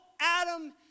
Adam